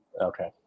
Okay